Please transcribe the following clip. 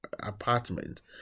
apartment